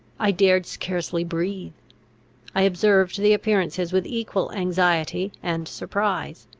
i dared scarcely breathe i observed the appearances with equal anxiety and surprise.